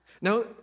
Now